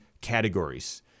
categories